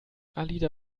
alida